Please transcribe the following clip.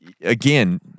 Again